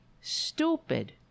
stupid